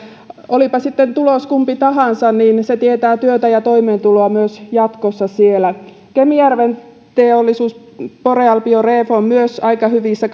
olipa tulos sitten kumpi tahansa niin niin se tietää työtä ja toimeentuloa myös jatkossa siellä kemijärven teollisuus boreal bioref on myös aika hyvissä